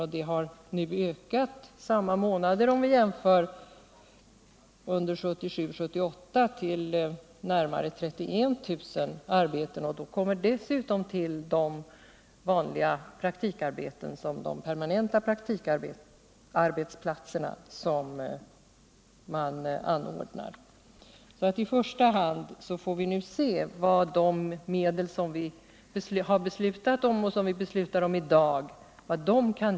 Under perioden juli 1977-april 1978 har siffran ökat till närmare 31 000 arbeten. Till det kommer de vanliga praktikarbetena, som man anordnar på de permanenta praktikarbetsplatserna. Först och främst får vi nu se vad de medel som vi beslutat om och de som vi beslutar om i dag kan ge.